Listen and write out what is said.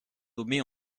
nommée